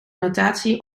notatie